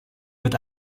wird